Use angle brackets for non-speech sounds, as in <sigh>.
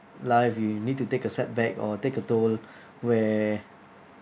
life you need to take a setback or take a toll <breath> where